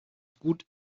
gut